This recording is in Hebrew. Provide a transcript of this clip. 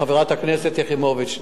חברת הכנסת יחימוביץ.